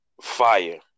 fire